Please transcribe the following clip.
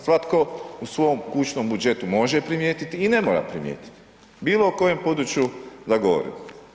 Svatko u svom kućnom budžetu može primijetiti i ne mora primijetiti bilo o kojem području da govorim.